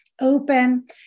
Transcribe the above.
open